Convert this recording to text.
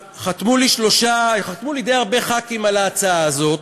חתמו לי די הרבה חברי כנסת על ההצעה הזאת,